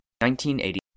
1980